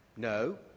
No